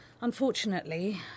Unfortunately